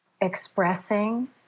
expressing